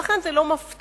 לכן זה לא מפתיע.